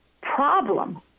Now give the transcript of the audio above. problem